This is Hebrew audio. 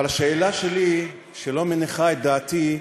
אבל השאלה שלי, שלא מניחה את דעתי,